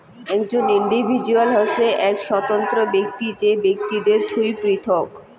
একজন ইন্ডিভিজুয়াল হসে এক স্বতন্ত্র ব্যক্তি যে বাকিদের থুই পৃথক